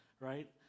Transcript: right